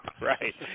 right